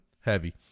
heavy